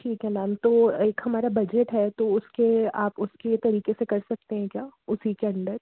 ठीक है मैम तो एक हमारा बजट है तो उसके आप उसके तरीके से कर सकते हैं क्या उसी के अंडर